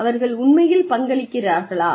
அவர்கள் உண்மையில் பங்களிக்கிறார்களா